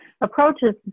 approaches